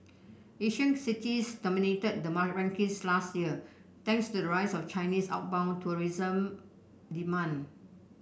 Asian cities dominated the rankings last year thanks to the rise of Chinese outbound tourism demand